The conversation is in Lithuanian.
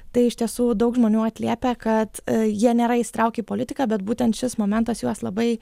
tai iš tiesų daug žmonių atliepia kad jie nėra įsitraukę į politiką bet būtent šis momentas juos labai